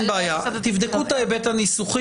אין בעיה, תבדקו את ההיבט הניסוחי.